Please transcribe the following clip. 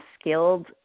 skilled